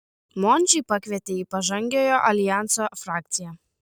mončį pakvietė į pažangiojo aljanso frakciją